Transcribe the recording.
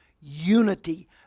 unity